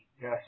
Yes